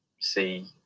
see